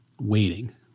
waiting